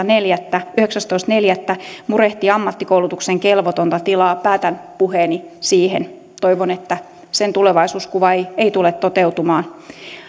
neljättä yhdeksästoista neljättä murehti ammattikoulutuksen kelvotonta tilaa päätän puheeni siihen toivon että sen tulevaisuuskuva ei ei tule toteutumaan